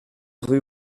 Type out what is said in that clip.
rue